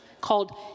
called